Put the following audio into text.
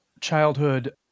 childhood